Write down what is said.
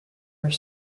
were